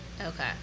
Okay